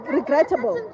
regrettable